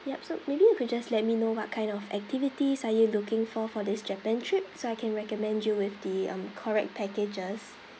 yup so maybe you could just let me know what kind of activities are you looking for for this japan trip so I can recommend you with the um correct packages